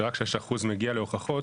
שרק 6% מגיעים להוכחות.